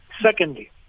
Secondly